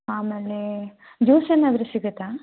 ಆಮೇಲೆ ಜ್ಯೂಸ್ ಏನಾದ್ರೂ ಸಿಗುತ್ತಾ